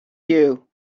you